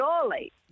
surely